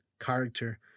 character